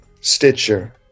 Stitcher